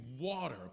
water